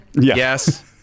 yes